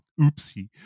oopsie